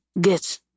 get